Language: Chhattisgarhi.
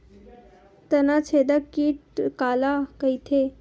तनाछेदक कीट काला कइथे?